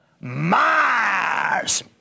Mars